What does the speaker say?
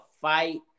fight